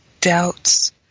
doubts